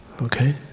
Okay